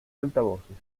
altavoces